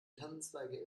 tannenzweige